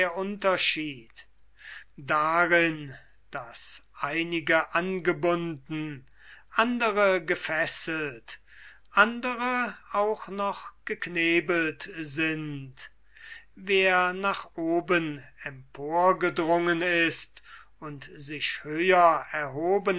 unterschied darin daß einige angebunden andere gefesselt andere auch noch geknebelt sind wer nach oben emporgedrungen ist und sich höher erhoben